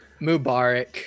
Mubarak